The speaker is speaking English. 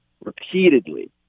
repeatedly